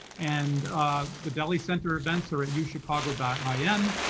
and the delhi center events are at yeah uchicago but ah yeah in.